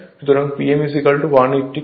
সুতরাং P m80 kilowatt হবে